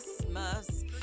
christmas